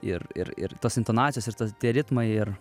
ir ir ir tos intonacijos ir tas ritmai ir